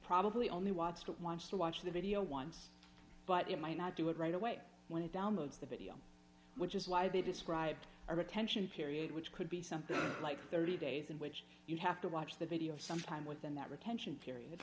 probably only wants to launch to watch the video once but it might not do it right away when it downloads the video which is why they described our attention period which could be something like thirty days in which you have to watch the video sometime within that retention period